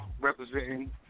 representing